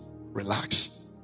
relax